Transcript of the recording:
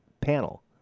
panel